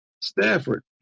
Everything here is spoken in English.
Stafford